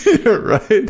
Right